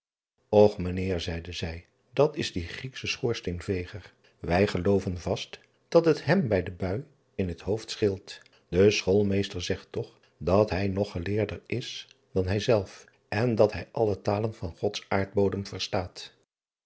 ch ijnheer zeide zij dat is die rieksche choorsteenveger ij gelooven vast dat het hem bij de bui in het hoofd scheelt e choolmeester zegt toch dat hij nog geleerder is dan hij-zelf en dat hij alle talen van ods aardbodem verstaat